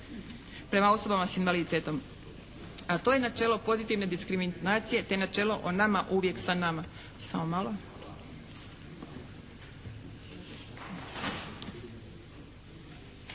prema osobama s invaliditetom. A to je načelo pozitivne diskriminacije te načelo "O nama, uvijek sa nama"… Samo malo.